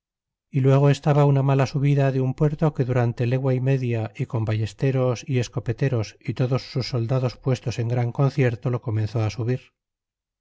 y luego estaba una mala subida de un puerto que dura legua y media y con ballesteros y escopeteros y todos sus soldados puestos en gran concierto lo comenzó á subir